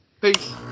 Peace